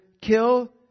kill